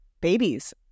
babies